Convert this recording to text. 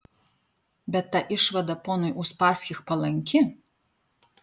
bet ta išvada ponui uspaskich palanki